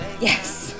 Yes